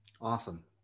Awesome